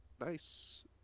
nice